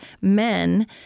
men